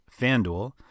FanDuel